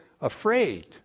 afraid